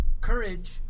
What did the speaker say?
Courage